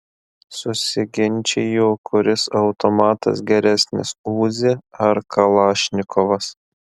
susiginčijo kuris automatas geresnis uzi ar kalašnikovas